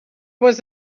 was